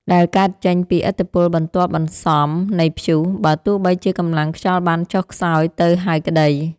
ដែលកើតចេញពីឥទ្ធិពលបន្ទាប់បន្សំនៃព្យុះ បើទោះបីជាកម្លាំងខ្យល់បានចុះខ្សោយទៅហើយក្ដី។